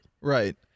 Right